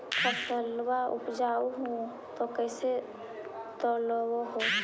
फसलबा उपजाऊ हू तो कैसे तौउलब हो?